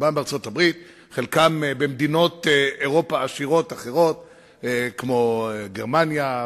וחלקם במדינות אירופה עשירות, כמו גרמניה.